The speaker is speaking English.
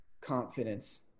confidence